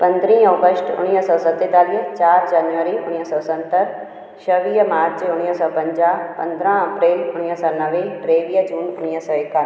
पंद्रहं अगस्ट उणिवीह सौ सतेतालीह चारि जनवरी उणिवीह सौ सतरि छवीह मार्च उणिवीह सौ पंजाहु पंद्रहं अप्रैल उणिवीह सौ नवे टेवीह जून उणिवीह सौ एकानवे